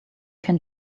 can